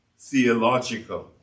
theological